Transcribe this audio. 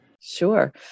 Sure